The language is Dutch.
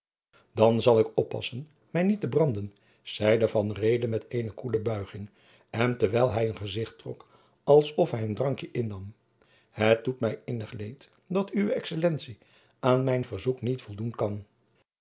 dan zal ik oppassen mij niet te branden zeide van reede met eene koele buiging en terwijl hij een gezicht trok alsof hij een drankje innam het doet mij innig leed dat uwe excellentie aan mijn verzoek niet voldoen kan